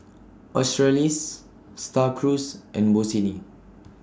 Australis STAR Cruise and Bossini